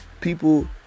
people